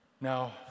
Now